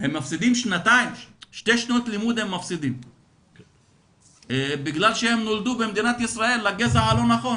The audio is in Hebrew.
הם מפסידים שתי שנות לימוד בגלל שהם נולדו במדינת ישראל לגזע הלא נכון.